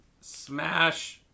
Smash